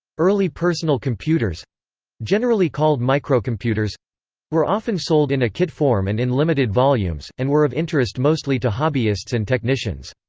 early personal computers generally called microcomputers were often sold in a kit form and in limited volumes, and were of interest mostly to hobbyists and technicians.